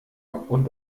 und